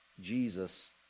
Jesus